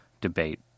debate